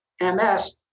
MS